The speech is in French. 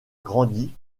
grandi